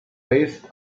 based